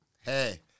Hey